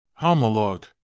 Homolog